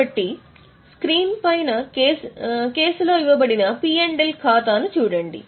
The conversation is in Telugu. కాబట్టి స్క్రీన్ పైన కేసు లో ఇవ్వబడిన P L ఖాతాను చూడండి